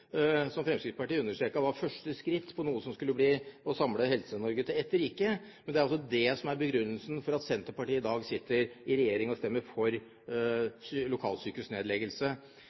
som Fremskrittspartiet understreket var første skritt på noe som skulle samle Helse-Norge til ett rike. Men det er altså det som er begrunnelsen for at Senterpartiet i dag sitter i regjering og stemmer for